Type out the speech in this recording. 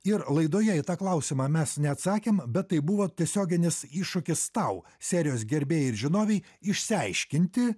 ir laidoje į tą klausimą mes neatsakėm bet tai buvo tiesioginis iššūkis tau serijos gerbėjai ir žinovei išsiaiškinti